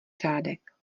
řádek